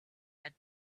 had